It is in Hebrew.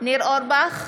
ניר אורבך,